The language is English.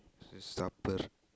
suppers